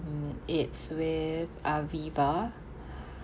it's with Aviva